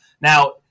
Now